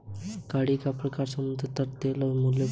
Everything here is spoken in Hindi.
गाड़ी का प्रकार समुद्र तट, खेत, युद्ध और बैल वैगन है